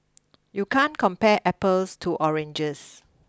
you can't compare apples to oranges